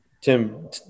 Tim